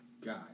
God